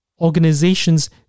Organizations